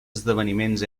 esdeveniments